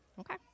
Okay